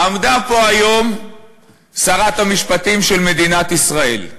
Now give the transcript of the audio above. עמדה פה היום שרת המשפטים של מדינת ישראל,